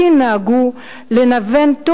בסין נהגו לנוון,